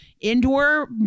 indoor